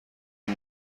این